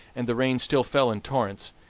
and the rain still fell in torrents,